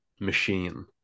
machine